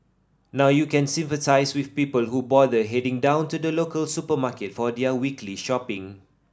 now you can sympathise with people who bother heading down to the local supermarket for their weekly shopping